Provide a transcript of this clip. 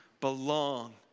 belong